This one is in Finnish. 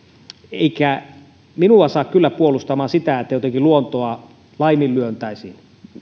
eikä minua saa kyllä puolustamaan sitä että jotenkin luontoa laiminlyötäisiin